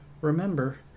remember